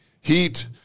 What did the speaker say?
heat